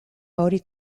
hori